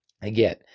again